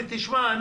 לי: תשמע,